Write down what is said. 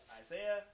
Isaiah